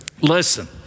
listen